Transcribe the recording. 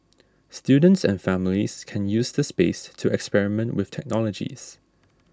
students and families can use the space to experiment with technologies